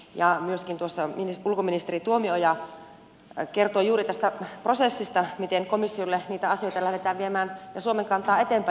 ja myöskin tuossa ulkoministeri tuomioja kertoi juuri tästä prosessista miten komissiolle niitä asioita lähdetään viemään ja suomen kantaa eteenpäin